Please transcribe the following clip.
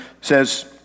says